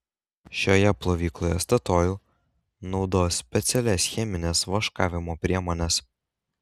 šioje plovykloje statoil naudos specialias chemines vaškavimo priemones